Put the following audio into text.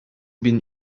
bin